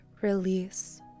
release